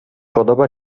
podoba